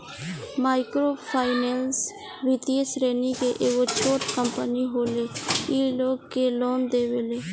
micro finance वित्तीय श्रेणी के एगो छोट कम्पनी होले इ लोग के लोन देवेले